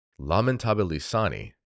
Lamentabilisani